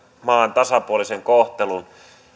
maan tasapuolisen kohtelun